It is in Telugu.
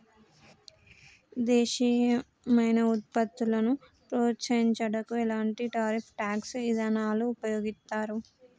దేశీయమైన వృత్పత్తులను ప్రోత్సహించుటకు ఎలాంటి టారిఫ్ ట్యాక్స్ ఇదానాలు ఉపయోగిత్తారు